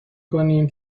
کنیم